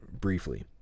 briefly